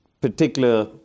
particular